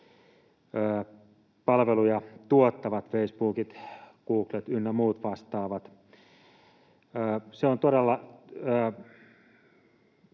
palveluja tuottavat — facebookit, googlet ynnä muut vastaavat. Se on todella